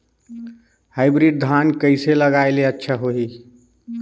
Hybrid धान कइसे लगाय ले अच्छा होही?